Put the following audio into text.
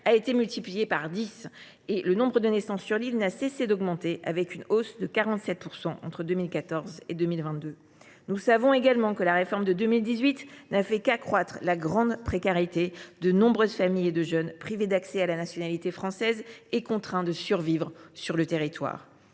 a été multiplié par dix et le nombre de naissances sur l’île n’a cessé d’augmenter, en hausse de 47 % entre 2014 et 2022. Nous savons également que la réforme de 2018 n’a fait qu’accroître la grande précarité de nombreuses familles et de jeunes, privés d’accès à la nationalité française et obligés de survivre sur le territoire.